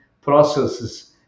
processes